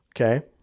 Okay